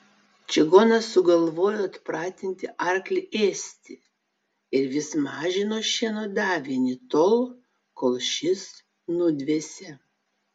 čigonas sugalvojo atpratinti arklį ėsti ir vis mažino šieno davinį tol kol šis nudvėsė